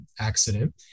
accident